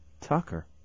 Tucker